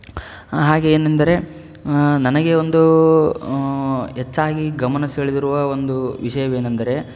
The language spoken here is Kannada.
ಹಾಗೆ ಏನೆಂದರೆ ನನಗೆ ಒಂದು ಹೆಚ್ಚಾಗಿ ಗಮನ ಸೆಳೆದಿರುವ ಒಂದು ವಿಷಯವೇನೆಂದರೆ